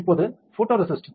இப்போது போட்டோரேசிஸ்ட்